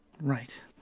Right